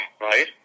right